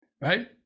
right